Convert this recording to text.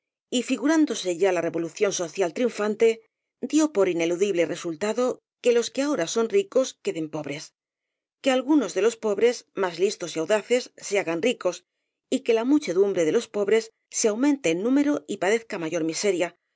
y figurándose ya la re volución social triunfante dió por ineludible re sultado que los que ahora son ricos queden po bres que algunos de los pobres más listos y auda ces se hagan ricos y que la muchedumbre de los pobres se aumente en número y padezca mayor miseria